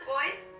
Boys